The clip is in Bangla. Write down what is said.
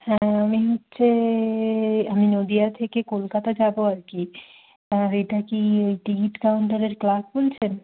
হ্যাঁ আমি হচ্ছে আমি নদিয়া থেকে কলকাতা যাবো আর কি তা এটা কি ওই টিকিট কাউন্টারের ক্লার্ক বলছেন